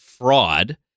Fraud